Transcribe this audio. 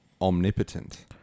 omnipotent